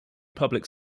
public